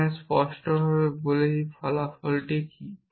এখানে স্পষ্টভাবে বলেছি ফলাফল কী